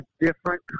different